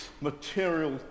material